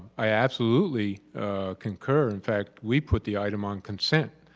i absolutely conquer in fact, we put the item on consent